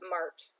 March